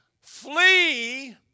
flee